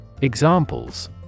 Examples